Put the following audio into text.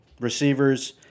receivers